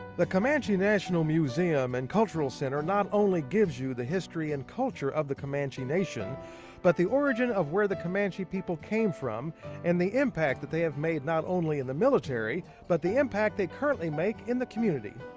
the comanche national musuem and cultural center not only gives you the history and culture of the comanche nation but the origin of where the comanche people came from and the impact they have made not only in the military but the impact they currently make in the community.